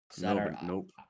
nope